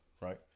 right